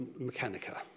Mechanica